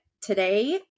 today